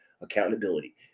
accountability